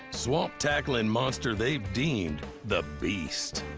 swamp-tackling monster they've deemed the beast.